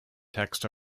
text